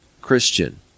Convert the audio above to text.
Christian